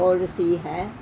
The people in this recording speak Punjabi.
ਪੋਲਿਸੀ ਹੈ